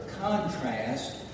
contrast